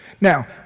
Now